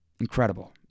incredible